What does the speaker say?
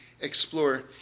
explore